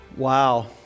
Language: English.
Wow